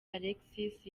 alexis